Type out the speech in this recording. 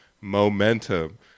momentum